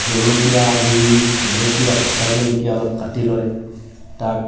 জলকীয়া গুড়ি জলকীয়া কেঁচা জলকীয়া অলপ কাটি লৈ তাক